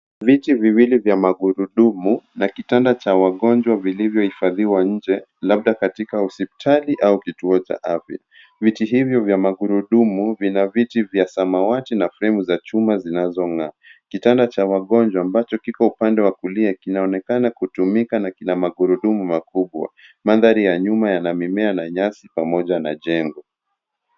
Viti viwili vya magurudumu na kitanda cha wagonjwa vilivyohifadhiwa nje labda katika hospitali au kituo cha afya. Viti hivyo vya magurudumu vina viti vya samawati na fremu za chuma zinazong'aa. Kitanda cha wagonjwa ambacho kiko upande wa kulia na kinaonekana kutumika na kina magurudumu makubwa. Mandhari ya nyuma yana mimea na nyasi pamoja na jembe.